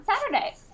Saturday